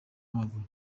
w’amaguru